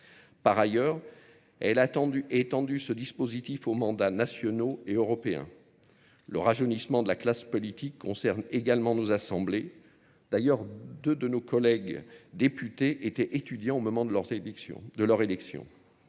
Par ailleurs, elle a étendu ce dispositif aux mandats nationaux et européens. Le rajeunissement de la classe politique concerne également nos assemblées. D'ailleurs, deux de nos collègues députés étaient étudiants au moment de leur élection.